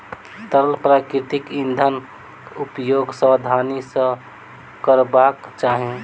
तरल प्राकृतिक इंधनक उपयोग सावधानी सॅ करबाक चाही